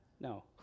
No